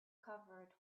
covered